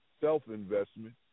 self-investment